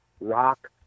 rock